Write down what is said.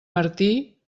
martí